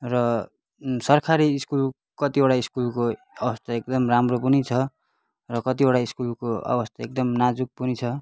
र सरकारी स्कुल कतिवटा स्कुलको अवस्था एकदम राम्रो पनि छ र कतिवटा स्कुलको अवस्था एकदम नाजुक पनि छ